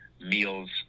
meals